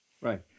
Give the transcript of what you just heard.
Right